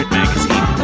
magazine